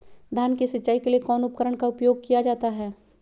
धान की सिंचाई के लिए कौन उपकरण का उपयोग किया जाता है?